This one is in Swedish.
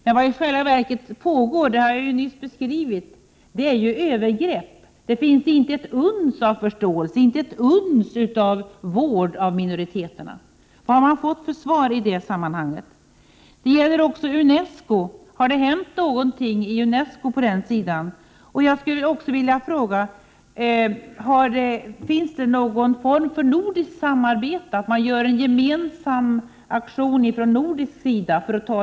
Men vad som i själva verket pågår är, som jag nyss beskrivit, övergrepp. Det finns inte ett uns av förståelse, inte ett uns av omvårdnad om minoriteterna. Vad har man i det sammanhanget fått för svar? Det gäller också UNESCO. Har det hänt någonting i UNESCO i det här avseendet? Jag skulle också vilja fråga: Finns det någon form för ett nordiskt samarbete här, finns det någon möjlighet att göra en gemensam aktion från nordisk sida?